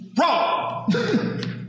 Wrong